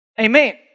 Amen